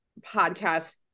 podcast